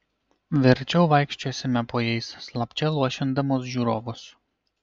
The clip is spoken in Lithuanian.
verčiau vaikščiosime po jais slapčia luošindamos žiūrovus